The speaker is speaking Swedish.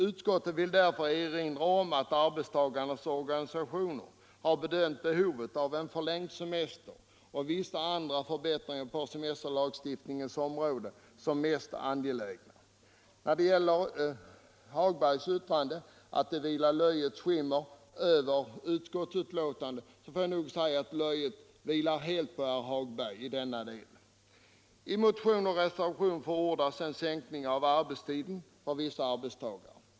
Utskottet vill därför erinra om att arbetstagarnas organisationer har bedömt behovet av en förlängd semester och vissa andra förbättringar på semesterlagstiftningens område som mest angelägna. När det gäller yttrandet av herr Hagberg i Borlänge att det vilar ett löjets skimmer över utskottsbetänkandet får jag nog säga att löjet gäller herr Hagberg i denna del. I motionen 1245 och reservationen 1 förordas en sänkning av arbetstiden för vissa arbetstagare.